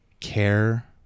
care